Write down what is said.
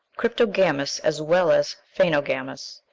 cryptogamous as well as phaenogamous,